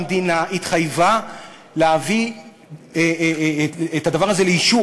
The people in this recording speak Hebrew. והמדינה התחייבה להביא את הדבר הזה לאישור,